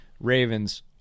ravens